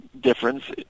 difference